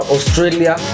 Australia